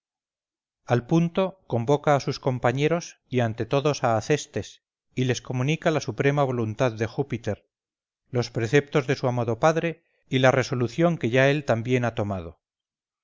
al punto convoca a sus compañeros y ante todos a acestes y les comunica la suprema voluntad de júpiter los preceptos de su amado padre y la resolución que ya él también ha tomado